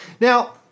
Now